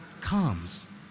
comes